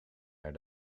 naar